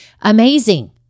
Amazing